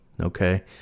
Okay